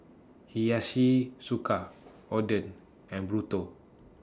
Hiyashi Chuka Oden and Burrito